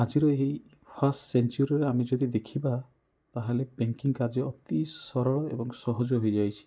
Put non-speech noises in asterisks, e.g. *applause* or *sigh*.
ଆଜିର ଏହି *unintelligible* ସେନ୍ଚୁରି ଆମେ ଯଦି ଦେଖିବା ତାହେଲେ ବ୍ୟାଙ୍କିଙ୍ଗ୍ କାର୍ଯ୍ୟ ଅତି ସରଳ ଏବଂ ସହଜ ହୋଇଯାଇଛି